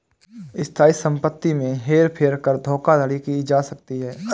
स्थायी संपत्ति में हेर फेर कर धोखाधड़ी की जा सकती है